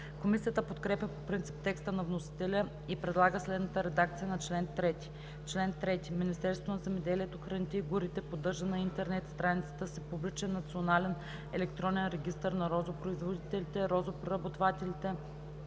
Комисията подкрепя по принцип текста на вносителя и предлага следната редакция на чл. 3: „Чл. 3. Министерството на земеделието, храните и горите поддържа на интернет страницата си публичен национален електронен регистър на розопроизводителите, розопреработвателите,